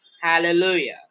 Hallelujah